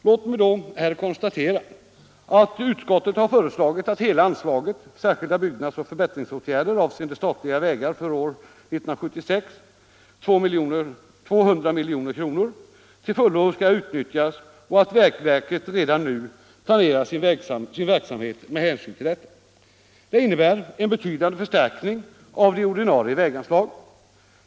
Låt mig då konstatera att utskottet har föreslagit att hela anslaget Särskilda byggnadsoch förbättringsåtgärder avseende statliga vägar för budgetåret 1975/1976 — 200 milj.kr. — till fullo skall utnyttjas och att vägverket redan nu planerar sin verksamhet med hänsyn till detta. Det innebär en betydande förstärkning av de ordinarie väganslagen.